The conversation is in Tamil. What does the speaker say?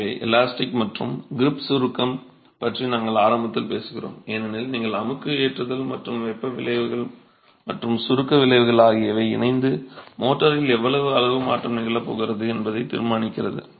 எனவே எலாஸ்டிக் மற்றும் க்ரீப் சுருக்கம் பற்றி நாங்கள் ஆரம்பத்தில் பேசுகிறோம் ஏனெனில் நீங்கள் அமுக்கு ஏற்றுதல் மற்றும் வெப்ப விளைவுகள் மற்றும் சுருக்கம் விளைவுகள் ஆகியவை இணைந்து மோர்டரில் எவ்வளவு அளவு மாற்றம் நிகழப் போகிறது என்பதை தீர்மானிக்கிறது